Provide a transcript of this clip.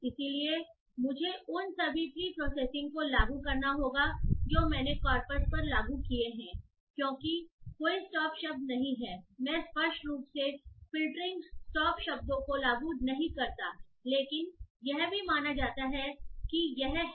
इसलिए मुझे उन सभी प्रीप्रॉसेसिंग को लागू करना होगा जो मैंने कॉर्पस पर लागू किए हैं क्योंकि कोई स्टॉप शब्द नहीं हैं मैं स्पष्ट रूप से फ़िल्टरिंग स्टॉप शब्दों को लागू नहीं करतालेकिन यहां ऐसा माना जाता है